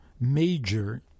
major